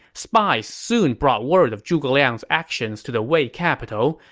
spies soon brought word of zhuge liang's actions to the wei capital,